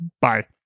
Bye